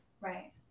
Right